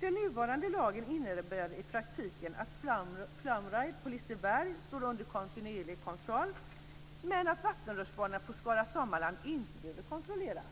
Den nuvarande lagen innebär i praktiken att Flume Ride på Liseberg står under kontinuerlig kontroll, medan vattenrutschbanorna på Skara Sommarland inte behöver kontrolleras.